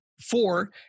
Four